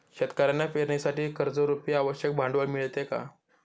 शेतकऱ्यांना पेरणीसाठी कर्जरुपी आवश्यक भांडवल मिळते का?